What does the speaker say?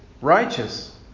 righteous